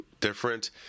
different